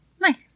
nice